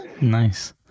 nice